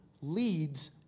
leads